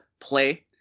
play